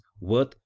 worth